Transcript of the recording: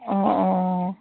অঁ অঁ